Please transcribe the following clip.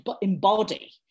embody